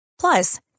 Plus